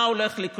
מה הולך לקרות